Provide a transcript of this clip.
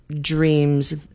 dreams